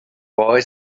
boy